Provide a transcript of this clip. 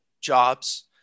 jobs